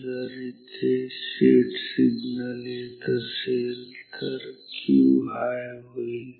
जर इथे set signal येत असेल तर Q हाय होईल